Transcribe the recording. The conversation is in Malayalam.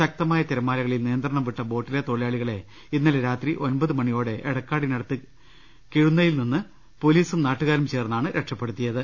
ശക്തമായ തിരമാലകളിൽ നിയന്ത്രണം വിട്ട ബോട്ടിലെ തൊഴിലാളികളെ ഇന്നലെ രാത്രി ഒമ്പത് മണിയോടെ എട ക്കാടിനടുത്ത് കിഴുന്നയിൽ നിന്ന് പോലീസും നാട്ടുകാരും ചേർന്നാണ് രക്ഷപ്പെടുത്തിയത്